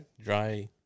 dry